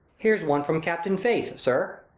here's one from captain face, sir,